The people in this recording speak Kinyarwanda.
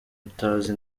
utazi